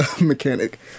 mechanic